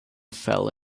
fell